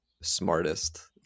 smartest